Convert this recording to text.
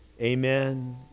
Amen